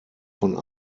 von